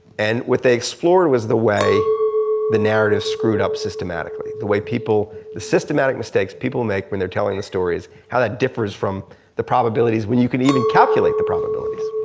and what they explore was the way the narrative screwed up systematically the way people, the systematic mistakes people make when they're tellin' the stories, how that differs from the probabilities when you could even calculate the probabilities.